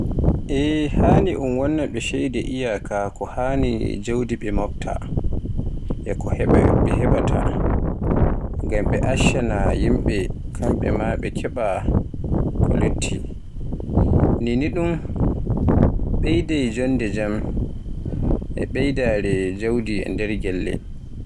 E haani un wanna ɓe ceede iyaka ko haani be jawdi ɓe mofta e ko ɓe hebaata, ngam ɓe acca na yimɓe kamɓe ma ɓe keɓa ko luttu. Ni ni ɗun ɓeyday jonnde jam e ɓeydaare jawdi e nder gelle.